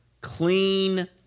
clean